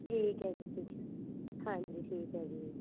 ਠੀਕ ਹੈ ਜੀ ਠੀਕ ਹਾਂਜੀ ਠੀਕ ਹੈ ਜੀ